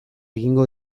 egingo